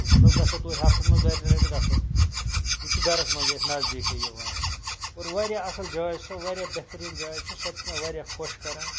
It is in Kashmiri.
مَطلَب گَژھو توتہِ ہَفتَس مَنٛز دۄیہِ ترٛیٚیہِ لَٹہِ گَژھو یہِ چھُ گَرَس مَنٛزٕے اَسہِ نَزدیٖکی یِوان اور واریاہ اصل جاے چھِ واریاہ اصل بہتریٖن جاے چھِ سۄ تہِ چھِ مےٚ واریاہ خۄش کَران